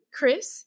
Chris